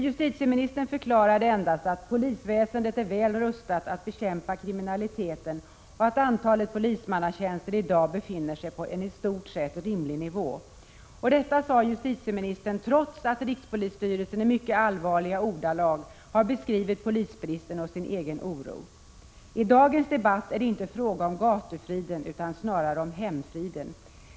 Justitieministern förklarade dock endast att ”polisväsendet är väl rustat att bekämpa kriminaliteten och att antalet polismannatjänster i dag befinner sig på en i stort sett rimlig nivå”. Detta sade justitieministern trots att rikspolisstyrelsen i mycket allvarliga ordalag hade beskrivit polisbristen och sin egen oro över situationen. I dagens debatt är det inte fråga om gatufriden utan om hemfriden.